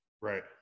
right